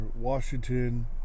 Washington